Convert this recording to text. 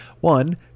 One